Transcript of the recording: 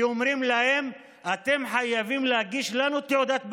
כי אומרים להם: אתם חייבים להגיש לנו תעודת בגרות.